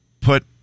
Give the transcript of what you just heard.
put